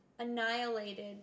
Annihilated